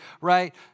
right